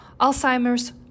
Alzheimer's